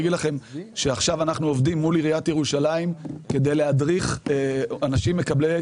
עכשיו אנחנו עובדים מול עיריית ירושלים כדי להדריך אנשים מקבלי קצבאות,